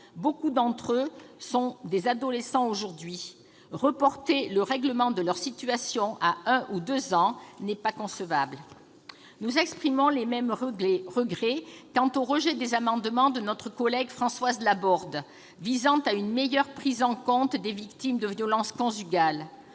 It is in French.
Beaucoup d'entre eux sont des adolescents aujourd'hui. Il n'est pas concevable de reporter le règlement de leur situation dans un ou deux ans. Nous exprimons les mêmes regrets quant au rejet des amendements de notre collègue Françoise Laborde, visant à assurer une meilleure prise en compte des victimes de violences conjugales.